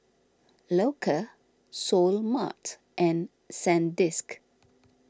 Loacker Seoul Mart and Sandisk